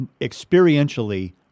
experientially